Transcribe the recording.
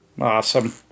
Awesome